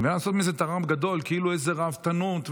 לעשות מזה טררם גדול, כאילו איזה ראוותנות וזה,